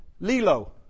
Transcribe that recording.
Lilo